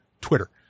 Twitter